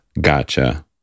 Gotcha